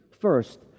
First